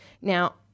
Now